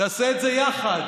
נעשה את זה יחד.